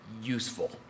useful